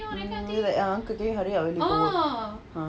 mm like angkat kaki hurry I already late for work